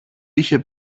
είχε